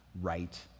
right